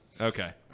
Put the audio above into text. Okay